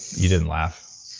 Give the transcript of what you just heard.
you didn't laugh.